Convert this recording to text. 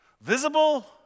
Visible